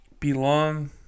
belong